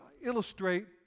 Illustrate